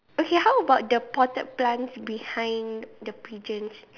okay how about the potted plants behind the pigeons